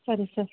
ಸರಿ ಸರ್